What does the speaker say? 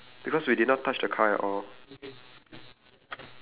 okay I still think it might be the car though